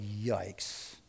yikes